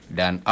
dan